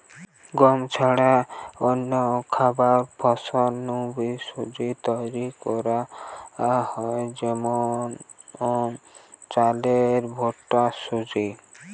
গম ছাড়া অন্যান্য খাবার ফসল নু বি সুজি তৈরি করা হয় যেমন চালের ভুট্টার সুজি